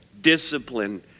discipline